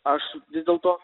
aš vis dėlto